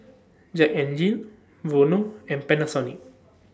Jack N Jill Vono and Panasonic